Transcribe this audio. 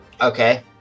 Okay